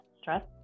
stress